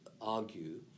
argue